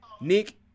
Nick